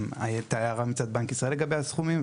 הייתה הערה גם מצד בנק ישראל לגבי הסכומים,